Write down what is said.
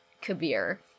Kabir